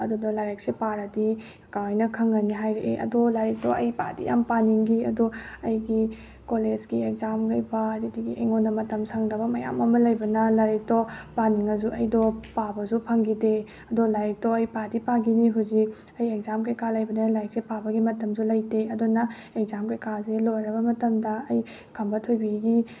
ꯑꯗꯨꯗ ꯂꯥꯏꯔꯤꯛꯁꯦ ꯄꯥꯔꯗꯤ ꯀꯀꯥꯍꯣꯏꯅ ꯈꯪꯉꯅꯤ ꯍꯥꯏꯔꯛꯑꯦ ꯑꯗꯣ ꯂꯥꯏꯔꯤꯛꯇꯣ ꯑꯩ ꯄꯥꯗꯤ ꯌꯥꯝ ꯄꯥꯅꯤꯡꯈꯤ ꯑꯗꯣ ꯑꯩꯒꯤ ꯀꯣꯂꯦꯖꯀꯤ ꯑꯦꯛꯖꯥꯝ ꯑꯗꯨꯗꯨꯒꯤ ꯑꯩꯉꯣꯟꯗ ꯃꯇꯝ ꯁꯪꯗꯕ ꯃꯌꯥꯝ ꯑꯃ ꯂꯩꯕꯅ ꯂꯥꯏꯔꯤꯛꯇꯣ ꯄꯥꯅꯤꯡꯉꯁꯨ ꯑꯩꯗꯣ ꯄꯥꯕꯖꯨ ꯐꯪꯈꯤꯗꯦ ꯑꯗꯣ ꯂꯥꯏꯔꯤꯛꯇꯣ ꯑꯩ ꯄꯥꯗꯤ ꯄꯥꯈꯤꯅꯤ ꯍꯧꯖꯤꯛ ꯑꯩ ꯑꯦꯛꯖꯥꯝ ꯀꯩꯀꯥ ꯂꯩꯕꯅ ꯂꯥꯏꯔꯤꯛꯁꯦ ꯄꯥꯕꯒꯤ ꯃꯇꯝꯁꯨ ꯂꯩꯇꯦ ꯑꯗꯨꯅ ꯑꯦꯛꯖꯥꯝ ꯀꯩꯀꯥꯁꯦ ꯂꯣꯏꯔꯕ ꯃꯇꯝꯗ ꯑꯩ ꯈꯝꯕ ꯊꯣꯏꯕꯤꯒꯤ